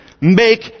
Make